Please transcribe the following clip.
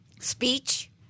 speech